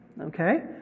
Okay